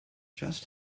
just